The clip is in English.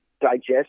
digest